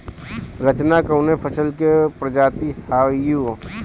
रचना कवने फसल के प्रजाति हयुए?